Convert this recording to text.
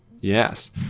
Yes